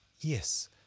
Yes